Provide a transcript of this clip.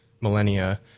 millennia